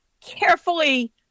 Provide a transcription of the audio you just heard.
carefully